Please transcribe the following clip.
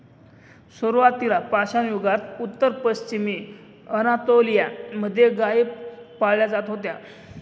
सुरुवातीला पाषाणयुगात उत्तर पश्चिमी अनातोलिया मध्ये गाई पाळल्या जात होत्या